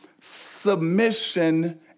submission